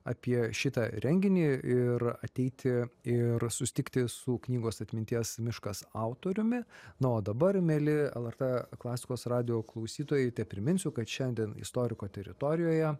apie šitą renginį ir ateiti ir susitikti su knygos atminties miškas autoriumi na o dabar mieli lrt klasikos radijo klausytojai tepriminsiu kad šiandien istoriko teritorijoje